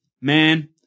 man